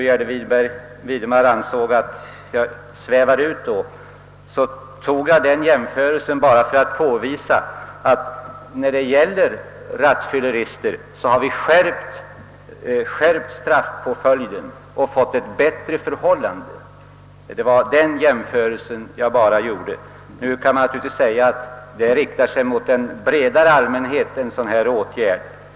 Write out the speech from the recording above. Jag gjorde emellertid denna jämförelse för att påvisa att när det gäller t.ex. rattfyllerister har vi skärpt straffpåföljden och fått ett bättre förhållande. Det vara bara detta jag ville ange med min jämförelse. — Man kan naturligtvis säga att det i de båda nyssnämnda fallen gäller en bredare allmänhet.